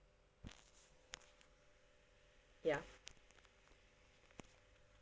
ya